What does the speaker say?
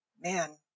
man